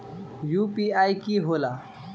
UPI कि होला?